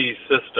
system